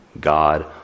god